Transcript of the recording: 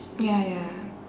ya ya